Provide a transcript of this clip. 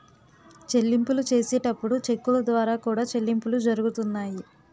చెల్లింపులు చేసేటప్పుడు చెక్కుల ద్వారా కూడా చెల్లింపులు జరుగుతున్నాయి